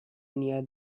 near